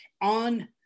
on